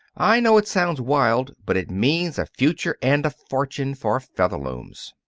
i know it sounds wild, but it means a future and a fortune for featherlooms.